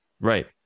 Right